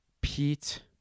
Pete